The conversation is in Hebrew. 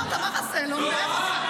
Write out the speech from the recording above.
לא,